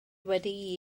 wedi